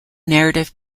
narrative